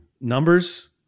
Numbers